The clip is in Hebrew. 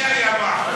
מי היה מאחוריך?